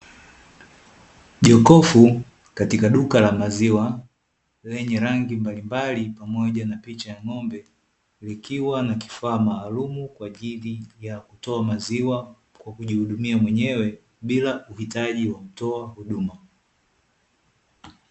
Jokofu katika duka la maziwa, lenye rangi mbalimbali pamoja na picha ya ng'ombe, likiwa na kifaa maalumu kwa ajili ya kutoa maziwa kwa kujihudumia mwenyewe, bila kuhitaji watoa huduma.